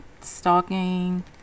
stalking